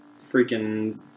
freaking